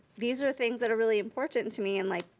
these are things that are really important to me and like,